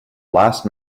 last